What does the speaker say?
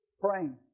Praying